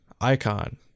Icon